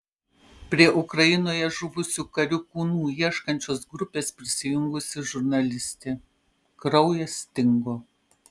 prie ukrainoje žuvusių karių kūnų ieškančios grupės prisijungusi žurnalistė kraujas stingo